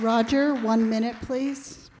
roger one minute please